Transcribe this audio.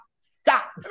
stop